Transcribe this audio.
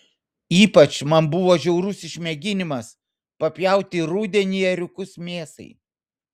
ypač man buvo žiaurus išmėginimas papjauti rudenį ėriukus mėsai